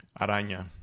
Araña